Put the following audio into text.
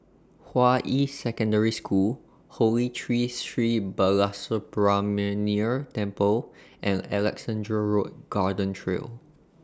Hua Yi Secondary School Holy Tree Sri Balasubramaniar Temple and Alexandra Road Garden Trail